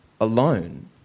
alone